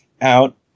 out